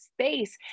space